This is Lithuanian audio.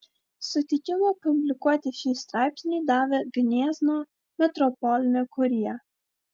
sutikimą publikuoti šį straipsnį davė gniezno metropolinė kurija